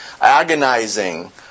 agonizing